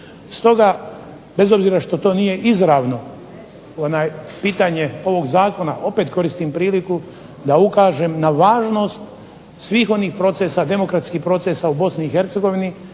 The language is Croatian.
Stoga bez obzira što to nije izravno pitanje ovog zakona opet koristim priliku da ukažem na važnost svih demokratskih procesa u BiH